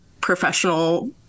professional